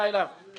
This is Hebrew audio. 10:55.